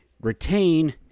retain